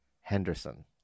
Henderson